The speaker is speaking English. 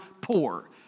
poor